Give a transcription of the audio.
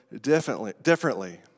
differently